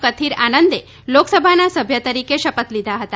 કથીર આનંદે લોકસભાના સભ્ય તરીકે શપથ લીધા હતા